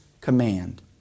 command